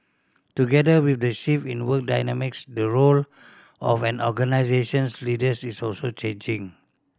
together with the shift in work dynamics the role of an organisation's leaders is also changing